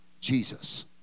Jesus